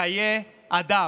בחיי אדם.